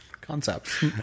concepts